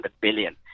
billion